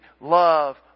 love